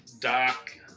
dark